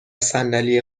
صندلی